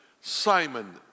Simon